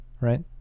right